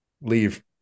Leave